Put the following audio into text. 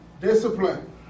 Discipline